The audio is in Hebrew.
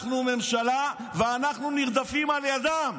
אנחנו ממשלה ואנחנו נרדפים על ידם.